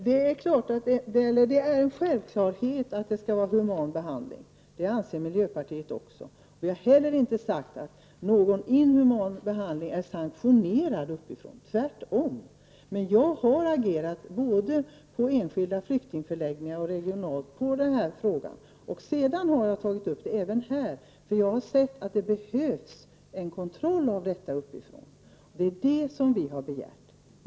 Herr talman! Det är en självklarhet att behandlingen på förläggningarna skall vara human. Det anser miljöpartiet också. Jag har heller inte sagt att inhuman behandling skulle vara sanktionerad uppifrån, som man säger. Tvärtom! Jag har agerat både på enskilda flyktingförläggningar och på det regionala planet i den här frågan. Därefter har jag tagit upp frågan här i riksdagen, eftersom jag har insett att det behövs en kontroll av dessa förhållanden. Det är det som vi har begärt.